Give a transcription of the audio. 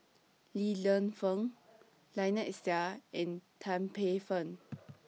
Li Lienfung Lynnette Seah and Tan Paey Fern